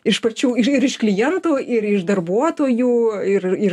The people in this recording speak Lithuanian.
iš pačių ir iš klientų ir iš darbuotojų ir ir